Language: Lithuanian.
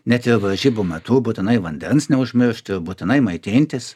net ir varžybų metu būtinai vandens neužmiršti būtinai maitintis